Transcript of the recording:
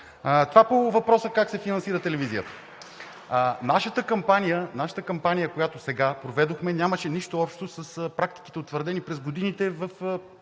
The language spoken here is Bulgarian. Това по въпроса как се финансира телевизията. Нашата кампания, която проведохме сега, нямаше нищо общо с практиките, утвърдени през годините в